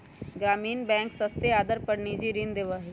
ग्रामीण बैंक सस्ते आदर पर निजी ऋण देवा हई